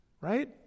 Right